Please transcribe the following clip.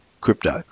crypto